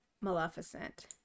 Maleficent